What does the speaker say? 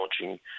launching